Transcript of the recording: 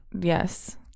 Yes